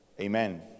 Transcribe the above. Amen